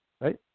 right